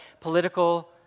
political